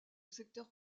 secteur